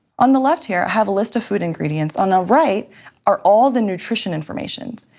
on the left here, i have a list of food ingredients. on the right are all the nutrition informations.